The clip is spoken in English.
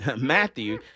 Matthew